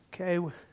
okay